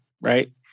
right